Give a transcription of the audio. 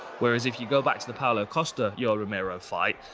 whereas if you go back to the paulo costa yoel romero fight,